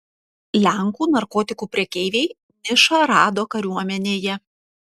lenkų narkotikų prekeiviai nišą rado kariuomenėje